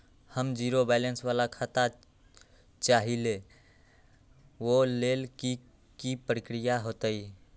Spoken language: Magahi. हम जीरो बैलेंस वाला खाता चाहइले वो लेल की की प्रक्रिया होतई?